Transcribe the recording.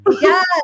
Yes